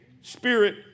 spirit